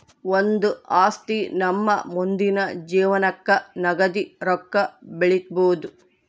ಒಂದು ಆಸ್ತಿ ನಮ್ಮ ಮುಂದಿನ ಜೀವನಕ್ಕ ನಗದಿ ರೊಕ್ಕ ಬೆಳಿಬೊದು